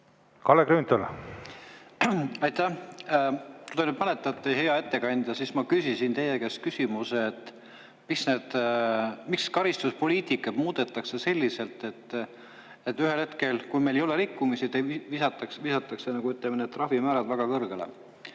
Kalle Grünthal. Aitäh! Kui te nüüd mäletate, hea ettekandja, siis ma küsisin teie käest küsimuse, et miks karistuspoliitikat muudetakse selliselt, et ühel hetkel, kui meil ei ole rikkumisi, visatakse need trahvimäärad väga kõrgele.